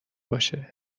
باشه